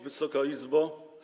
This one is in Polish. Wysoka Izbo!